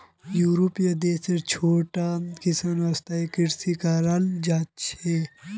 यूरोपीय देशत छोटो किसानो स्थायी कृषि कर छेक